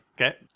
Okay